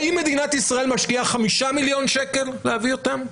האם מדינת ישראל משקיעה 5 מיליון שקל להביא אותם?